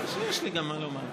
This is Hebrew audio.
יש לי מה לומר.